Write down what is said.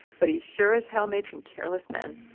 but he sure as hell made some careless men